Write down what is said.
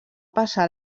passar